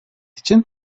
için